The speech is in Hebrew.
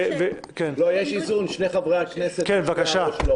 לא, יש איזון, שני חברי הכנסת --- לא פה.